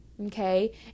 Okay